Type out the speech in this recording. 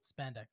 Spandex